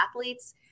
athletes